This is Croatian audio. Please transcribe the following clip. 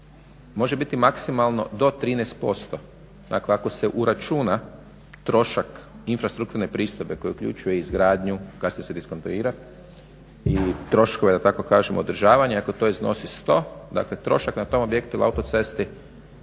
može biti maksimalno do 13% dakle ako se uračuna trošak infrastrukturne pristojbe koja uključuje izgradnju, kasnije se diskontuira i troškove da tako kažemo održavanja i ako to iznosi 100, dakle trošak na tom objektu ili autocesti